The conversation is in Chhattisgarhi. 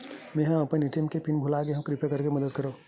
मेंहा अपन ए.टी.एम के पिन भुला गए हव, किरपा करके मदद करव